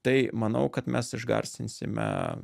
tai manau kad mes išgarsinsime